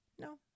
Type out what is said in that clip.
No